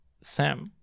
Sam